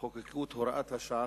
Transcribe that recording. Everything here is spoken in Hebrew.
חוקקו את הוראת השעה,